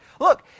Look